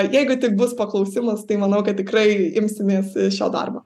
jeigu tik bus paklausimas tai manau kad tikrai imsimės šio darbo